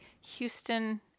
Houston